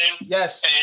Yes